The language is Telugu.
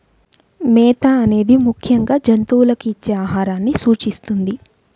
మేత అనేది ముఖ్యంగా జంతువులకు ఇచ్చే ఆహారాన్ని సూచిస్తుంది